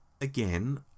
again